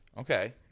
Okay